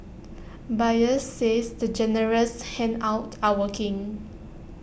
buyers says the generous handouts are working